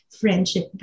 friendship